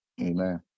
Amen